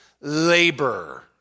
labor